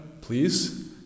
please